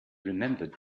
remembered